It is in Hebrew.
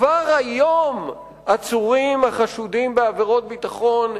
כבר היום העצורים החשודים בעבירות ביטחון,